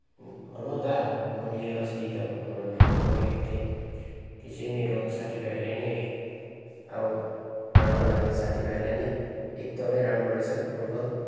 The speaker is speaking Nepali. हेलो दा मैले यो अस्ति तपाईँकोबाट फुटबल लगेको थिएँ त्यो चाहिँ मेरो साथी भाइहरूले नि अब राम्रो लाग्यो साथी भाइहरूलाई नि एकदमै राम्रो रहेछ फुटबल